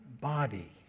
body